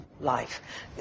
life